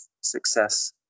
success